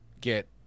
get